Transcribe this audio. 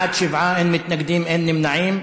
בעד, 7, אין מתנגדים, אין נמנעים.